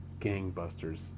gangbusters